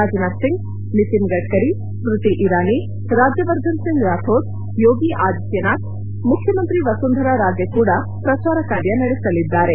ರಾಜನಾಥ್ ಸಿಂಗ್ ನಿತಿನ್ ಗಢ್ಧರಿ ಸ್ತತಿ ಇರಾನಿ ರಾಜ್ಯವರ್ಧನ್ ಸಿಂಗ್ ರಾಥೋಡ್ ಯೋಗಿ ಆದಿತ್ಲನಾಥ್ ಮುಖ್ಯಮಂತ್ರಿ ವಸುಂಧರಾ ರಾಜೇ ಕೂಡ ಪ್ರಚಾರ ಕಾರ್ಯ ನಡೆಸಲಿದ್ದಾರೆ